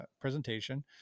presentation